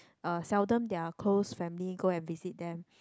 uh seldom their close family go and visit them